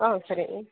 ஆ சரிங்க